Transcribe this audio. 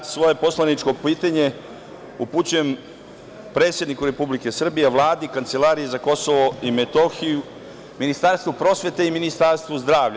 Svoje poslaničko pitanje upućujem predsedniku Republike Srbije, Vladi, Kancelariji za Kosovo i Metohiju, Ministarstvu prosvete i Ministarstvu zdravlja.